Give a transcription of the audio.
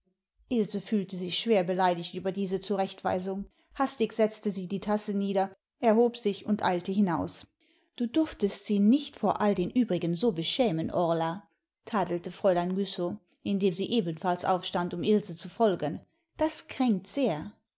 ilse fühlte sich schwer beleidigt über diese zurechtweisung hastig setzte sie die tasse nieder erhob sich und eilte hinaus du durftest sie nicht vor all den übrigen so beschämen orla tadelte fräulein güssow indem sie ebenfalls aufstand um ilse zu folgen das kränkt sehr